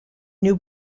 new